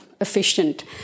Efficient